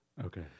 Okay